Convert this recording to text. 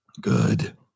Good